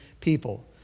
people